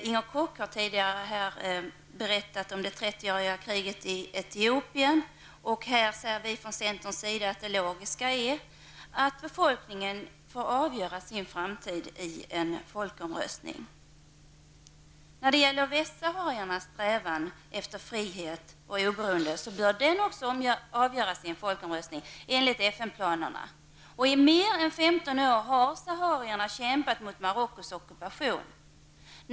Inger Koch har tidigare berättat om det trettioåriga kriget i Etiopien. Vi från centern säger att det logiska är att befolkningen får avgöra sin framtid i en folkomröstning. Västsahariernas strävan efter frihet och oberoende bör också avgöras i en folkomröstning enligt FN planerna. I mer än 15 år har saharierna kämpat mot Marockos ockupation.